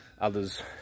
others